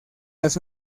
las